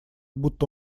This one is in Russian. будто